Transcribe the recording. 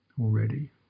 already